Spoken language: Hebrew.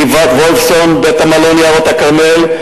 גבעת-וולפסון ובית-המלון "יערות הכרמל".